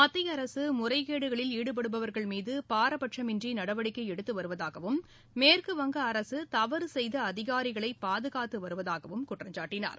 மத்திய அரசு முறைகேடுகளில் ஈடுபடுபவர்கள் மீது பாரபட்சமின்றி நடவடிக்கை எடுத்து வருவதாகவும் மேற்குவங்க அரசு தவறு செய்த அதிகாரிகளை பாதுகாத்து வருவதாகவும் குற்றம்சாட்டினார்